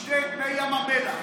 ישתה את מי ים המלח,